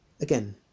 Again